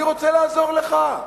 אני רוצה לעזור לך,